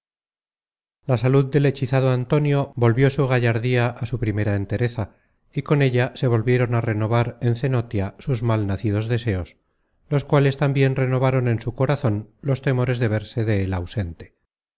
la salud del hechizado antonio volvió su gallardía á su primera entereza y con ella se volvieron a renovar en cenotia sus mal nacidos deseos los cuales tambien renovaron en su corazon los temores de verse de él ausente